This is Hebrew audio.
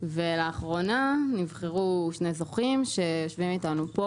ולאחרונה נבחרו שני זוכים שיושבים איתנו פה,